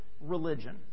religion